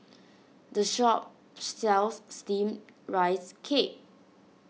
the shop sells Steamed Rice Cake